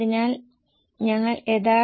അതിനാൽ ഇത് 1097 ആണ്